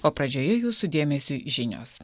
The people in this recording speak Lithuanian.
o pradžioje jūsų dėmesiui žinios